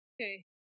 Okay